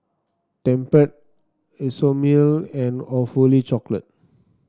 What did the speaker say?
Tempt Isomil and Awfully Chocolate